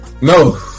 No